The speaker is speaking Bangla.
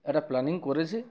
একটা প্ল্যানিং করেছে